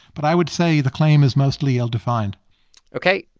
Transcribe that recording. but i would say the claim is mostly ill-defined ok,